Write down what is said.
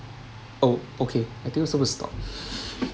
oh okay I think I'm supposed to stop